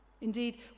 Indeed